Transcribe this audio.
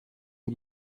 die